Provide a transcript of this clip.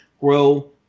grow